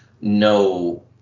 no